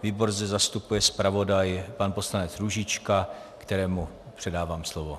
Výbor zde zastupuje zpravodaj pan poslanec Růžička, kterému předávám slovo.